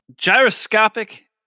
Gyroscopic